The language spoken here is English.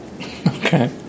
Okay